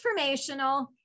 transformational